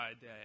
day